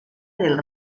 del